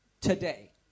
today